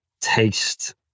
taste